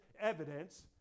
evidence